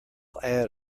add